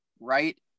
right